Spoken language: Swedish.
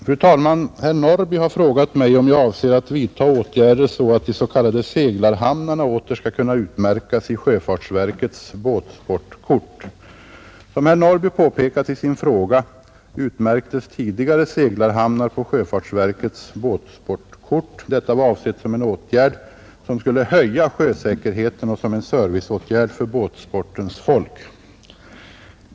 Fru talman! Herr Norrby i Åkersberga har frågat mig om jag avser att vidtaga åtgärder så att de s.k. seglarhamnarna åter skall kunna utmärkas i sjöfartsverkets båtsportkort. Som herr Norrby påpekat i sin fråga utmärktes tidigare seglarhamnar på sjöfartsverkets båtsportkort. Detta var avsett som en åtgärd som skulle höja sjösäkerheten och som en serviceåtgärd för båtsportens folk.